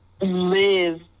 live